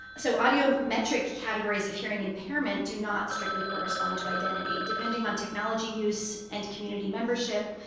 so audiometric categories of hearing impairment do not strictly correspond to identity. depending on technology use and community membership,